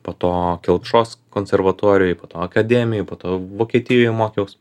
po to kelpšos konservatorijoj po to akademijoj po to vokietijoj mokiaus